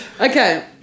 Okay